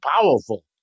powerful